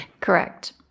Correct